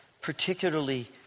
particularly